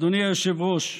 אדוני היושב-ראש,